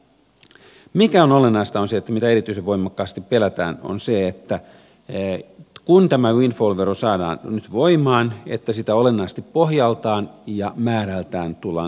se mikä on olennaista ja mitä erityisen voimakkaasti pelätään on se että kun tämä windfall vero saadaan nyt voimaan niin sitä olennaisesti pohjaltaan ja määrältään tullaan korottamaan